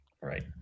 right